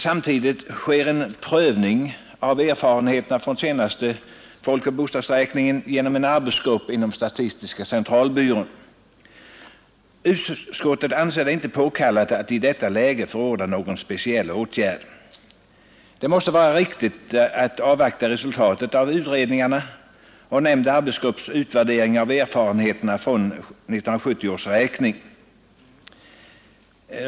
Samtidigt pågår en prövning av erfarenheterna från den senaste folkoch bostadsräkningen genom en arbetsgrupp inom statistiska centralbyrån. Utskottet anser det inte påkallat att i detta läge förorda någon speciell åtgärd. Det måste vara riktigt att avvakta resultatet av utredningarna och av nämnda arbetsgrupps utvärdering av erfarenheterna från 1970 års räkning.